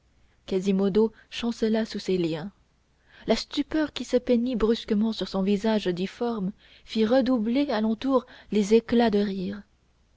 quasimodo chancela sous ses liens la stupeur qui se peignit brusquement sur son visage difforme fit redoubler à l'entour les éclats de rire